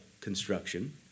construction